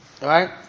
right